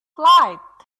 light